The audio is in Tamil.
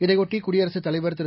இதையொட்டி குடியரசுத்தலைவர் திரு